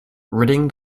ridding